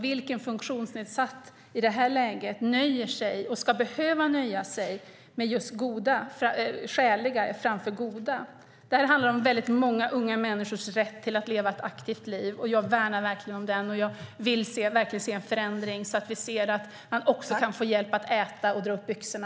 Vilken funktionsnedsatt nöjer sig och ska behöva nöja sig med "skäliga" framför "goda"? Det handlar om väldigt många unga människors rätt att leva ett aktivt liv, och jag värnar verkligen den. Jag vill se en förändring så att vi ser att man också kan få hjälp att äta och dra upp byxorna.